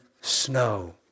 snow